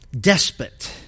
Despot